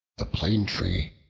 the plane-tree,